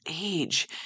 age